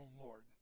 Lord